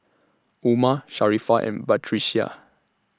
Umar Sharifah and Batrisya